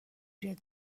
بیاد